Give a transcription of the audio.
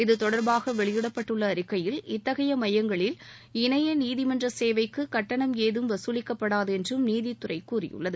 இது தொடர்பாக வெளியிட்பட்டுள்ள அறிக்கையில் இத்தகைய மையங்களில் இணைய நீதிமன்ற சேவைக்கு கட்டணம் ஏதம் வகுலிக்கப்படாது என்றும் நீதித்துறை கூறியுள்ளது